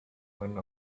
one